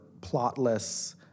plotless